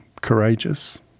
courageous